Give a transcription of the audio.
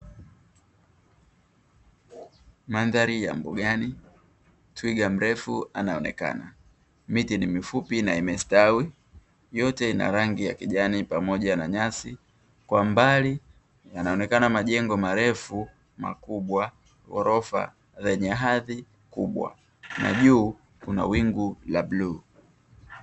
Mandhari ya mbugani twiga mrefu anaonekana miti ni mifupi na imestawi, yote ina rangi ya kijani pamoja na nyasi kwa mbali yanaonekana majengo marefu makubwa ghorofa zenye hadhi kubwa na juu kuna wingu la bluu.